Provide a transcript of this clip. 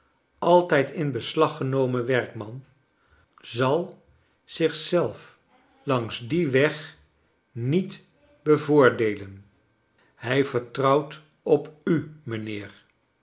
altijd in beslag genomen werkman zal zich zelf langs dien weg niet bevoordeelen hij vertrouwt op u mynheer